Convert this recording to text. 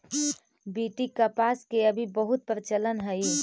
BT कपास के अभी बहुत प्रचलन हई